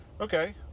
Okay